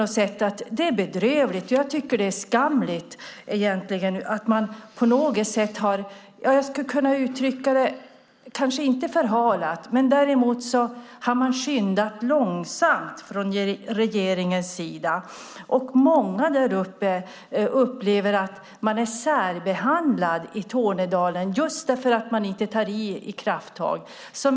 Det är bedrövligt och skamligt att man från regeringens sida kanske inte har förhalat men däremot skyndat långsamt. Många i Tornedalen upplever att de är särbehandlade eftersom det inte tas några krafttag.